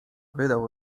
wydał